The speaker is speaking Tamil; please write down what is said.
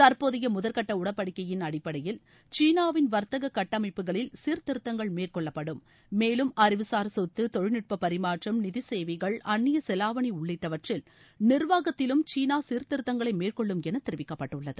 தற்போதைய முதற்கட்ட உடன்படிக்கையின் அடிப்படையில் சீனாவின் வர்த்தக கட்டமைப்புகளில் சீர்த்திருத்தங்கள் மேற்கொள்ளப்படும் மேலும் அறிவுசார் சொத்து தொழில்நுட்ப பரிமாற்றம் நிதி சேவைகள் அந்நிய செலாவனி உள்ளிட்டவற்றில் நிர்வாகத்திலும் சீனா சீர்த்திருத்தங்களை மேற்கொள்ளும் என தெரிவிக்கப்பட்டுள்ளது